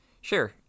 Sure